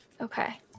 Okay